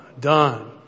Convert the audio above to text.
done